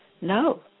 No